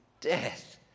death